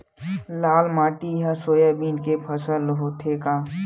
लाल माटी मा सोयाबीन के फसल होथे का?